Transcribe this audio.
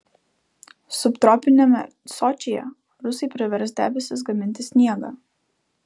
subtropiniame sočyje rusai privers debesis gaminti sniegą